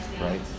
right